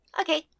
Okay